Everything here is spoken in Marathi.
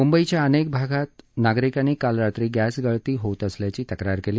मुंबईच्या अनेक भागात नागरिकांनी काल रात्री गॅस गळती होत असल्याची तक्रार केली